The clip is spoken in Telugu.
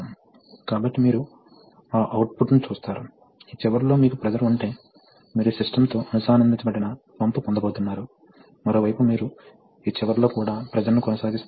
కాబట్టి సోలేనోయిడ్ A చివరిది ఆన్లో ఉంటే అది మీరు ఆఫ్ చేసినా అది ఎడమ స్థానంలోనే ఉంటుంది కాబట్టి అది మెకానికల్ కారణంగా ఉంటుంది మీకు అమరిక తెలుసు ఇది టెన్షన్